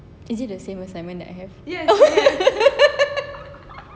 is it the same assignment that I have oh